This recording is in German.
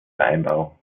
vereinbarung